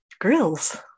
grills